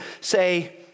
say